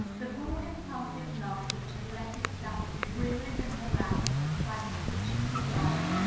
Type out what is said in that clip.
the poor, imperfect love which had let itself be wearied and harassed by the frictions of life,